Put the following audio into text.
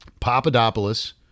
Papadopoulos